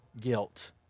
guilt